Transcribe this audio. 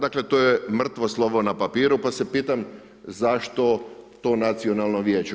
Dakle, to je mrtvo slovo na papiru, pa se pitam zašto to nacionalno vijeće.